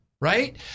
right